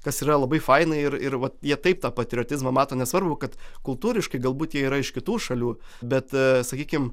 kas yra labai faina ir ir vat jie taip tą patriotizmą mato nesvarbu kad kultūriškai galbūt jie yra iš kitų šalių bet sakykim